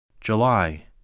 July